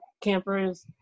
campers